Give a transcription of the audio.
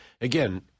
again